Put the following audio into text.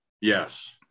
Yes